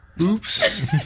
oops